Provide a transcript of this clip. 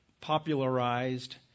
popularized